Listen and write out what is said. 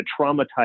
traumatized